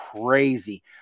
crazy